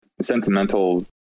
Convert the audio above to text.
sentimental